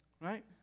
Right